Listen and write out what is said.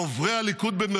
"דוברי הליכוד":